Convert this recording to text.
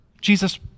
Jesus